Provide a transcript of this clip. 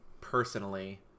personally